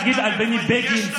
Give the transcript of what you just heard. להגיד על בני בגין,